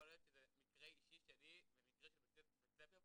יכול להיות שזה מקרה של בית ספר פרטי,